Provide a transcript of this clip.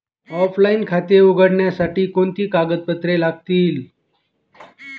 Offline खाते उघडण्यासाठी कोणती कागदपत्रे लागतील?